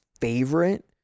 favorite